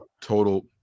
total